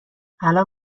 الان